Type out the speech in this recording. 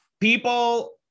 People